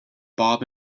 bob